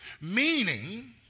meaning